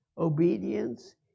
Obedience